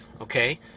okay